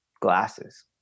glasses